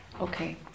okay